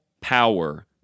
power